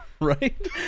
right